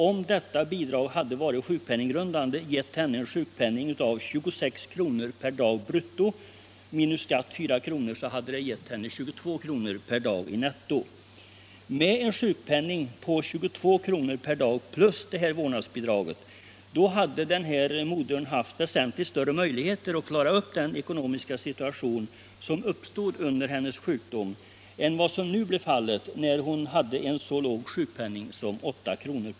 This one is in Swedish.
Om detta bidrag hade varit sjukpenninggrundande skulle det ha gett henne en sjukpenning på 26 kr. per dag brutto, och minus skatt på 4 kr. hade det gett henne 22 kr. per dag netto. Med en sjukpenning på 22 kr. per dag plus vårdnadsbidraget hade den här modern haft väsentligt större möjligheter att klara upp den ekonomiska situation som uppstod under hennes sjukdom än vad som blev fallet nu när hon har en så låg sjukpenning som 8 kr.